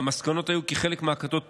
והמסקנות היו כי חלק מהכתות פוגעניות,